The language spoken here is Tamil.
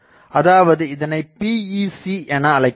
அதாவது இதனை PEC என அழைக்கின்றோம்